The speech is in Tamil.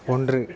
ஒன்று